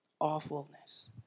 awfulness